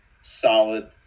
solid